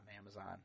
amazon